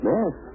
Yes